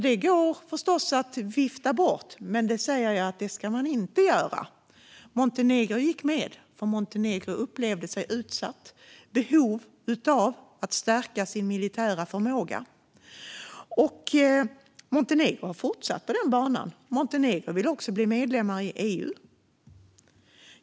Det går förstås att vifta bort, men det ska man inte göra. Montenegro gick med för att man upplevde sig utsatt och hade behov av att stärka sin militära förmåga. Och Montenegro har fortsatt på den banan och vill också bli medlem i EU.